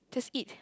just eat